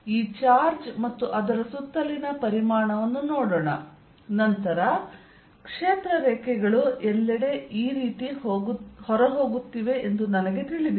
ಈ ಚಾರ್ಜ್ ಮತ್ತು ಅದರ ಸುತ್ತಲಿನ ಪರಿಮಾಣವನ್ನು ನೋಡೋಣ ನಂತರ ಕ್ಷೇತ್ರ ರೇಖೆಗಳು ಎಲ್ಲೆಡೆ ಈ ರೀತಿ ಹೊರಹೋಗುತ್ತಿವೆ ಎಂದು ನನಗೆ ತಿಳಿದಿದೆ